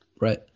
right